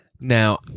Now